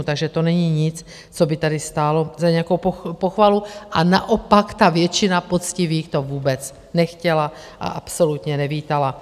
Takže to není nic, co by tady stálo za nějakou pochvalu, a naopak, většina poctivých to vůbec nechtěla a absolutně nevítala.